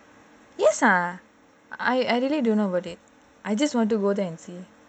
yes ah I really don't know about it I just want to go there and see